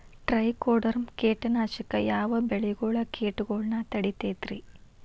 Trichoderma ಕೇಟನಾಶಕ ಯಾವ ಬೆಳಿಗೊಳ ಕೇಟಗೊಳ್ನ ತಡಿತೇತಿರಿ?